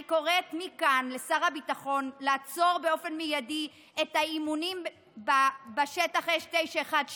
אני קוראת מכאן לשר הביטחון לעצור באופן מיידי את האימונים בשטח אש 918,